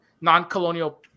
non-colonial